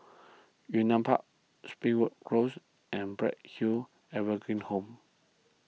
Yunnan Park Springwood Close and Bright Hill Evergreen Home